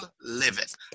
liveth